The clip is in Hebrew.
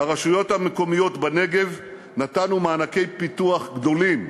לרשויות המקומיות בנגב נתנו מענקי פיתוח גדולים.